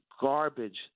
garbage